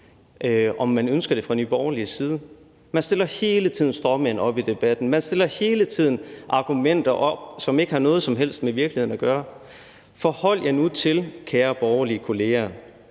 om man ønsker det fra Nye Borgerliges side. Man kommer hele tiden med stråmænd i debatten, og man kommer hele tiden med argumenter, som ikke har noget som helst med virkeligheden at gøre. Forhold jer nu til, kære borgerlige kollegaer,